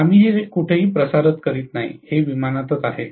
आम्ही हे कुठेही प्रसारित करत नाही हे विमानातच आहे